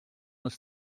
els